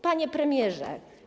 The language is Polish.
Panie Premierze!